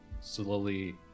slowly